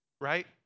right